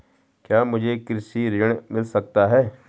क्या मुझे कृषि ऋण मिल सकता है?